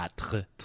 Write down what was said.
Quatre